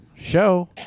show